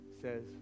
says